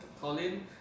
Colin